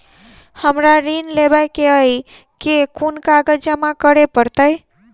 हमरा ऋण लेबै केँ अई केँ कुन कागज जमा करे पड़तै?